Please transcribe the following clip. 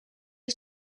you